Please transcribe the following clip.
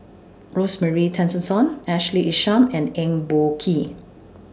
Rosemary Tessensohn Ashley Isham and Eng Boh Kee